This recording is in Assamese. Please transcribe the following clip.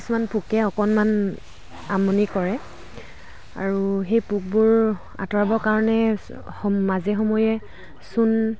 কিছুমান পোকে অকণমান আমনি কৰে আৰু সেই পোকবোৰ আঁতৰাব কাৰণে মাজে সময়ে চূণ